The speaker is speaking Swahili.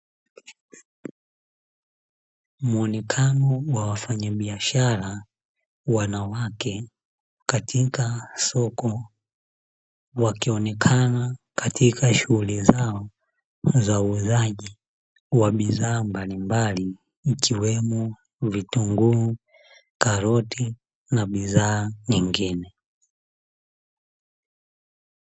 Muonekano wa wafanyabiashara wanawake katika soko wakionekana katika shughuli zao za uuzaji wa bidhaa mbalimbali ikiwemo: vitunguu, karoti, na bidhaa nyingine.